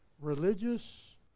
religious